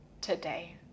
today